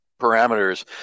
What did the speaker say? parameters